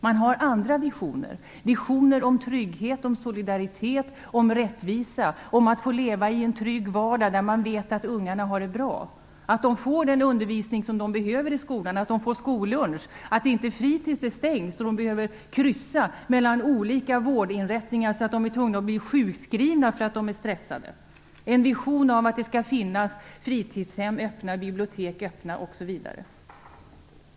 Där har man andra visioner. Det gäller visioner om trygghet, solidaritet och rättvisa. Det gäller visioner om att få leva i en trygg vardag där man vet att ungarna har det bra, att de får den undervisning som de behöver i skolan, att de får skollunch och att inte fritis är stängt så att de måste kryssa mellan olika vårdinrättningar och bli sjukskrivna för att de är stressade. Det gäller en vision om att det skall finnas fritidshem och bibliotek som är öppna.